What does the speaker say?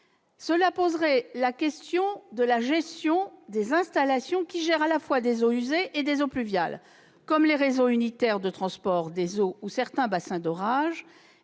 cela poserait la question de la gestion des installations qui traitent à la fois les eaux usées et les eaux pluviales, comme les réseaux unitaires de transport des eaux ou certains bassins d'orage